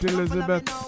Elizabeth